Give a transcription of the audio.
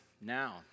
now